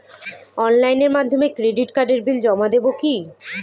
অনলাইনের মাধ্যমে ক্রেডিট কার্ডের বিল জমা দেবো কি?